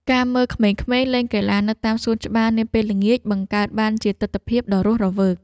ការមើលក្មេងៗលេងកីឡានៅតាមសួនច្បារនាពេលល្ងាច បង្កើតបានជាទិដ្ឋភាពដ៏រស់រវើក។